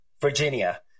Virginia